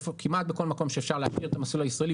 כמעט בכל מקום שאפשר להשאיר את המסלול הישראלי,